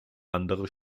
andere